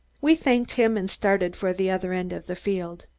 we thanked him and started for the other end of the field.